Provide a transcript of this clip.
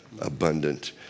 abundant